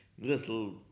little